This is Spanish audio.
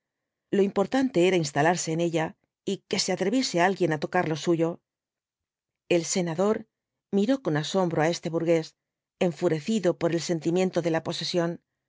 lo importante era instalarse en ella y que se atreviese alguien á tocar lo suyo el senador miró con asombro á este burgués enfurecido por el sentimiento de la posesión